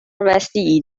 وسیعی